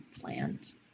plant